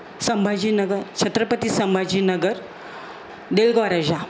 Sambhajinagar Chhatrapati Sambhajinagar Deulgaon Raja